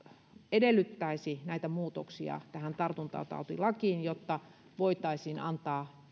edellyttäisi muutoksia tartuntatautilakiin jotta voitaisiin antaa